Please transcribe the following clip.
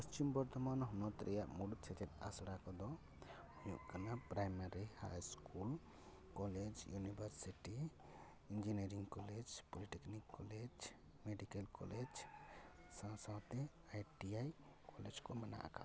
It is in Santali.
ᱯᱚᱪᱷᱤᱢ ᱵᱚᱨᱫᱷᱚᱢᱟ ᱦᱚᱱᱚᱛ ᱨᱮᱱᱟᱜ ᱢᱩᱬᱩᱛ ᱥᱮᱪᱮᱫ ᱟᱥᱲᱟ ᱠᱚᱫᱚ ᱦᱩᱭᱩᱜ ᱠᱟᱱᱟ primary high school college university engineering college polytechnic college medical college ᱥᱟᱶ ᱥᱟᱶᱛᱮ ᱟᱭ ᱴᱤ ᱟᱭ ᱠᱚᱞᱮᱡᱽ ᱠᱚ ᱢᱮᱱᱟᱜ ᱟᱠᱟᱜᱼᱟ